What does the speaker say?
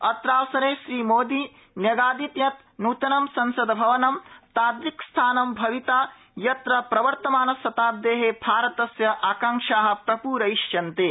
अत्रावसरे श्री मोदी न्यगादीत् यत् नृत्नं संसद् भवनं तादृक्स्थानं भविता यत्र प्रवर्तमानशताब्दे भारतस्य आकांक्षा प्रपूरयिष्यन्ते